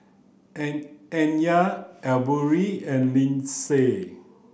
N Nya Asbury and Lindsay